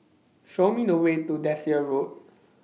Show Me The Way to Desker Road